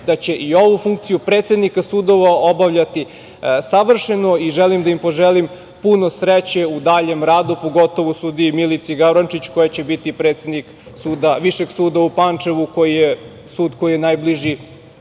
da će i ovu funkciju predsednika sudova obavljati savršeno i želim im puno sreće u daljem radu, pogotovo sudiji Milici Gavrančić koja će biti predsednik Višeg suda u Pančevu koji je najbliži